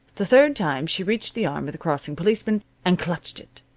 the third time she reached the arm of the crossing policeman, and clutched it.